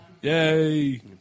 Yay